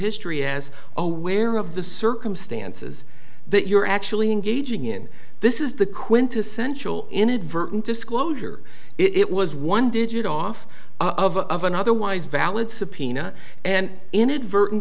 history as aware of the circumstances that you're actually engaging in this is the quintessential inadvertent disclosure it was one digit off of of an otherwise valid subpoena and inadvertent